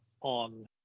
on